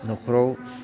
न'खराव